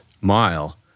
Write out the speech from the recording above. mile